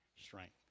strength